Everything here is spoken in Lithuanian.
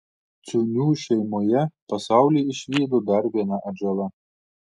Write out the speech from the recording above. ciūnių šeimoje pasaulį išvydo dar viena atžala